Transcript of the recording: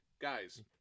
guys